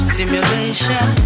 Simulation